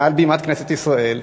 מעל בימת כנסת ישראל,